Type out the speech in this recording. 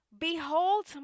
Behold